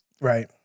Right